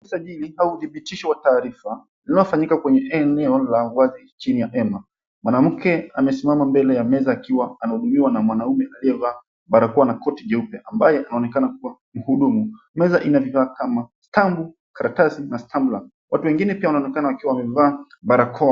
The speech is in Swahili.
Usajili au uthibitisho wa tarifa unaofanyika kwenye eneo la wazi chini ya hema. Mwanamke amesimama mbele ya meza akiwa anahudumiwa na mwanume aliyevaa barakoa na koti jeupe ambae anaonekana kua mhudumu. Meza ina vifaa kama stampu, karatasi na stambla. Watu wengine wanaonekana wakiwa wamevaa barakoa.